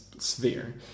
sphere